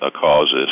causes